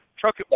truck